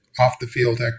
off-the-field